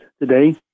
today